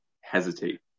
hesitate